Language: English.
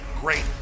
great